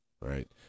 Right